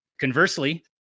Conversely